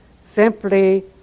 simply